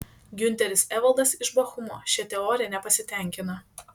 giunteris evaldas iš bochumo šia teorija nepasitenkina